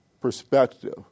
perspective